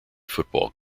football